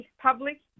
public